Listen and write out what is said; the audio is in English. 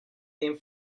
name